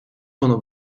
воно